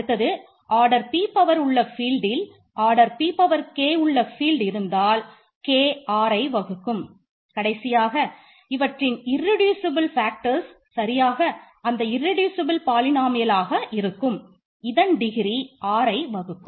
அடுத்தது ஆர்டர் rயை வகுக்கும்